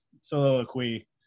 soliloquy